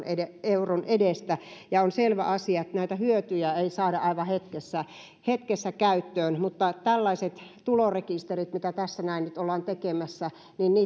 edestä euron edestä ja on selvä asia että näitä hyötyjä ei saada aivan hetkessä hetkessä käyttöön mutta tällaisten tulorekistereiden mitä tässä näin nyt ollaan tekemässä